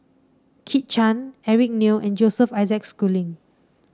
Kit Chan Eric Neo and Joseph Isaac Schooling